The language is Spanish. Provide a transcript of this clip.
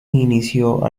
inició